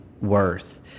worth